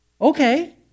Okay